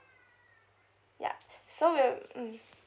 ya so we'll mm